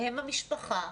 הם המשפחה.